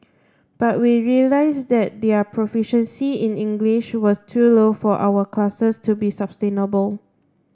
but we realised that their proficiency in English was too low for our classes to be sustainable